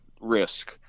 risk